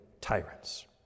tyrants